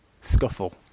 Scuffle